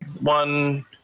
one